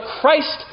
Christ